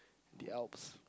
the alps